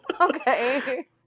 okay